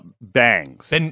bangs